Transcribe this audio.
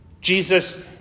Jesus